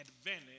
advantage